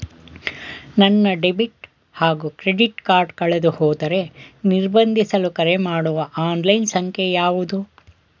ನನ್ನ ಡೆಬಿಟ್ ಹಾಗೂ credit card ಕಳೆದುಹೋದರೆ ನಿರ್ಬಂಧಿಸಲು ಕರೆಮಾಡುವ ಆನ್ಲೈನ್ ಸಂಖ್ಯೆಯಾವುದು?